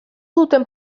duten